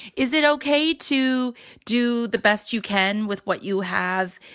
is it ok to do the best you can with what you have,